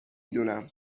دونم